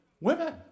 Women